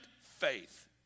faith